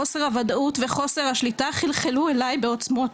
חוסר הוודאות וחוסר השליטה חלחלו אליי בעוצמות.